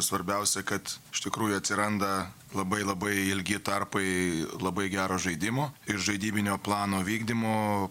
svarbiausia kad iš tikrųjų atsiranda labai labai ilgi tarpai labai gero žaidimo iš žaidybinio plano vykdymo